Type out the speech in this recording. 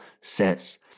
says